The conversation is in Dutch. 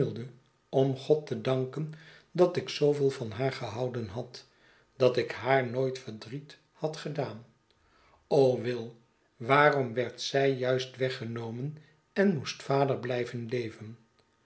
om god te danken dat ik zooveel van haar gehouden had dat ik haar nooit verdriet had gedaan will waarom werd zij juist weggenomen en moest vader blijven leven